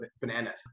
bananas